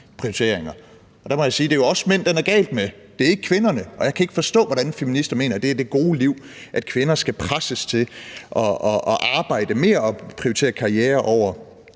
sige, at det jo er os mænd, den er gal med, det er ikke kvinderne, og jeg kan ikke forstå, hvorfor feminister mener, at det gode liv er, at kvinder skal presses til at arbejde mere og prioritere karriere over